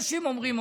אנשים אומרים?